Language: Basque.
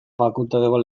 fakultateko